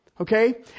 Okay